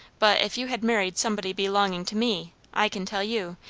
but if you had married somebody belonging to me, i can tell you,